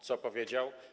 Co powiedział?